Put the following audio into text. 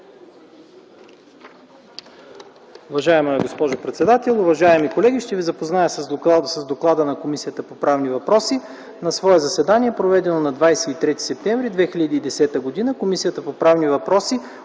Уважаема госпожо председател, уважаеми колеги, ще ви запозная с доклада на Комисията по правни въпроси. „На свое заседание, проведено на 23 септември 2010 г., Комисията по правни въпроси